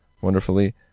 wonderfully